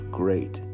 great